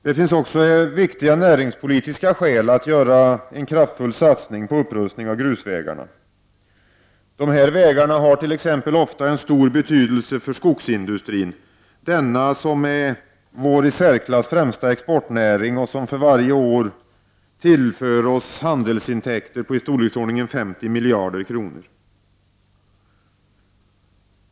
Det finns också viktiga näringspolitiska skäl att göra en kraftfull satsning på upprustning av grusvägarna. Dessa vägar har t.ex. ofta en stor betydelse för skogsindustrin. Denna är en av våra i särklass främsta exportnäringar och tillför oss för varje år handelsintäkter på i storleksordningen 50 miljarder kronor.